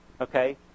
okay